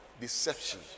deception